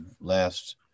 last